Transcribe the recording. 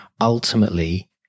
Ultimately